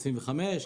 25,